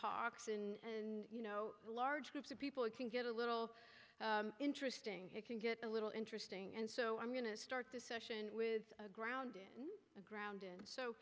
talks in you know large groups of people can get a little interesting it can get a little interesting and so i'm going to start this session with a ground in the ground and so